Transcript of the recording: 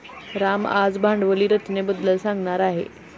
राम आज भांडवली रचनेबद्दल सांगणार आहे